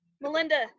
Melinda